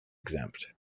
exempt